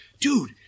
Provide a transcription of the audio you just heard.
dude